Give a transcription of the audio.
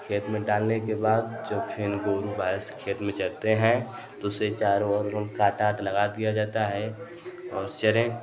खेत में डालने के बाद जब फिर गोरू भैंस खेत में चरते हैं तो उसे चारों ओर कांट तात लगा दिया जाता है और चरें